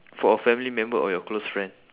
for a family member or your close friend